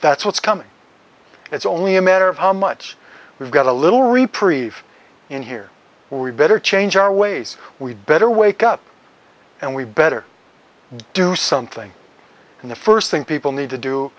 that's what's coming it's only a matter of how much we've got a little reprieve in here we better change our ways we better wake up and we better do something and the first thing people need to do